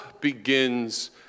begins